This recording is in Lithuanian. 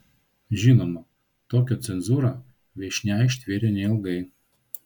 žinoma tokią cenzūrą viešnia ištvėrė neilgai